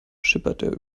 schipperte